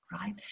right